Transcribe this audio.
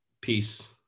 Peace